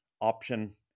option